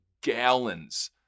gallons